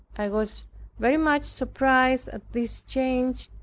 i was very much surprised at this change,